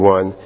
One